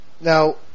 Now